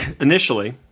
initially